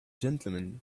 gentlemen